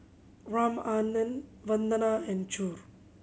Ramanand Vandana and Choor